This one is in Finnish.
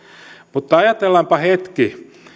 mutta ajatellaanpa hetki